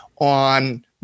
on